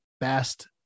best